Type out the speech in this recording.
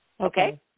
Okay